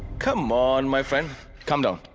c'mon my friend calm down.